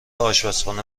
آشپزخانه